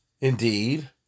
indeed